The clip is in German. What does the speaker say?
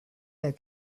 der